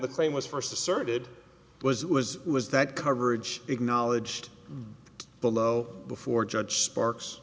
the claim was first asserted was it was was that coverage acknowledged below before judge sparks